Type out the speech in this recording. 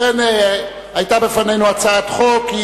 ובכן, היתה בפנינו הצעת חוק.